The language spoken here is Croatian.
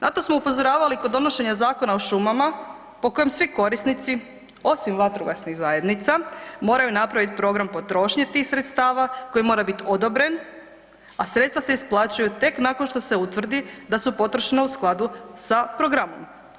Na to smo upozoravali kod donošenja Zakona o šumama po kojem svi korisnici osim vatrogasnih zajednica moraju napravit program potrošnje tih sredstava koji mora biti odobren, a sredstva se isplaćuju tek nakon što se utvrdi da su potrošena u skladu sa programom.